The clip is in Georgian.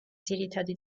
ძირითადი